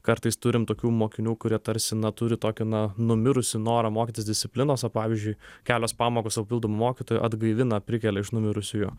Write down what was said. kartais turim tokių mokinių kurie tarsi na turi tokį na numirusį norą mokytis disciplinos o pavyzdžiui kelios pamokos su papildomu mokytoju atgaivina prikelia iš numirusiųjų